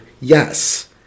Yes